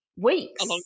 Weeks